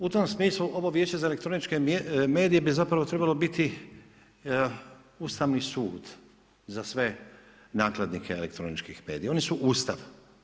U tom smislu, ovo vijeće za elektroničke medije bi zapravo trebalo biti Ustavni sud za sve nakladnike elektroničkih medija, oni su Ustav.